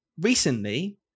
recently